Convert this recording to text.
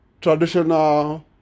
traditional